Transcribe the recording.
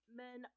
men